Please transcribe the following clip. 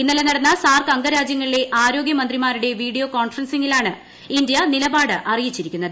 ഇന്നലെ നടന്ന സാർക്ക് അംഗരാജ്യങ്ങളിലെ ആരോഗ്യമന്ത്രിമാരുടെ വീഡിയോ കോൺഫറൻസിങ്ങിലാണ് ഇന്ത്യ നിലപാട് അറിയിച്ചിരിക്കുന്നത്